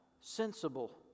sensible